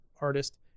artist